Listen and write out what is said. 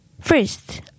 First